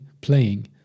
playing